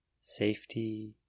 safety